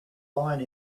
lying